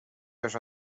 wiesz